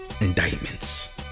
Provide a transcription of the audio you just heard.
indictments